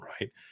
right